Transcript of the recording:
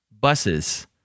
buses